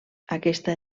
aquesta